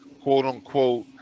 quote-unquote